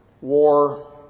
war